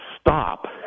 stop